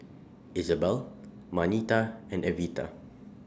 Izabelle Marnita and Evita